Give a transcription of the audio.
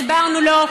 הסברנו לו,